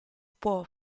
può